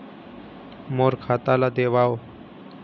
मोर खाता ला देवाव?